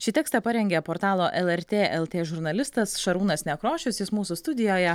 šį tekstą parengė portalo lrt lt žurnalistas šarūnas nekrošius jis mūsų studijoje